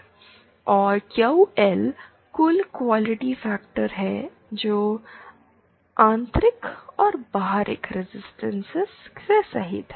और Q L कुल quality factor है जो आंतरिक और बाहरी रजिस्टेंस सहित है